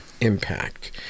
impact